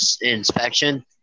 inspection